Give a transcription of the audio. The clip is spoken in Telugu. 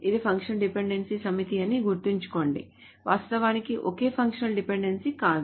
ఇది ఫంక్షనల్ డిపెండెన్సీల సమితి అని గుర్తుంచుకోండి వాస్తవానికి ఒకే ఫంక్షనల్ డిపెండెన్సీ కాదు